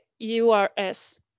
URS